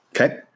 Okay